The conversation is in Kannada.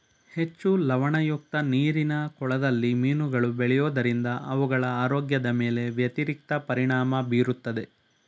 ಹೆಚ್ಚು ಲವಣಯುಕ್ತ ನೀರಿನ ಕೊಳದಲ್ಲಿ ಮೀನುಗಳು ಬೆಳೆಯೋದರಿಂದ ಅವುಗಳ ಆರೋಗ್ಯದ ಮೇಲೆ ವ್ಯತಿರಿಕ್ತ ಪರಿಣಾಮ ಬೀರುತ್ತದೆ